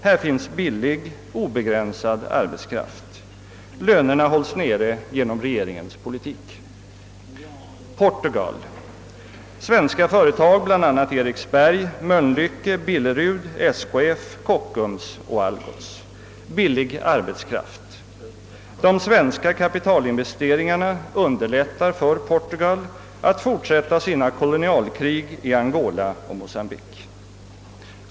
Här finns billig, obegränsad arbetskraft. Lönerna hålles nere genom regeringens politik. Portugal: Här finns bl.a. de svenska företagen Eriksberg, Mölnlycke, Billerud, SKF, Kockums och Algots. även här finns billig arbetskraft. De svenska kapitalinvesteringarna underlättar för Portugal att fortsätta sina kolonialkrig i Angola och Mocambique.